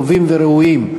טובים וראויים,